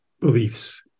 beliefs